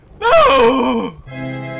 No